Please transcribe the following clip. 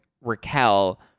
Raquel